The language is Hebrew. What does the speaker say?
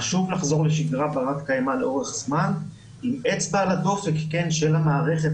חשוב לחזור לשגרה ברת קיימא לאורך זמן עם אצבע על הדופק של המערכת,